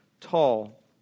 tall